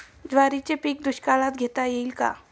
ज्वारीचे पीक दुष्काळात घेता येईल का?